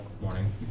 morning